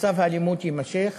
האלימות יימשך